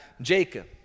Jacob